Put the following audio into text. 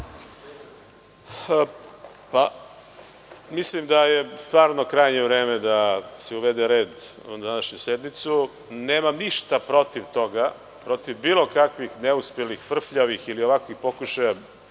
Mislim da je stvarno krajnje vreme da se uvede red na današnjoj sednici. Nemam ništa protiv toga, protiv bilo kakvih neuspelih, frfljavih ili ovakvih pokušaja